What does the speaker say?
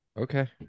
Okay